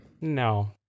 No